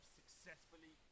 successfully